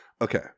Okay